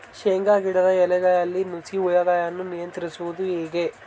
ಶೇಂಗಾ ಗಿಡದ ಎಲೆಗಳಲ್ಲಿ ನುಷಿ ಹುಳುಗಳನ್ನು ನಿಯಂತ್ರಿಸುವುದು ಹೇಗೆ?